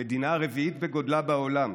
טובאלו, המדינה הרביעית בגודלה בעולם,